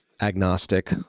agnostic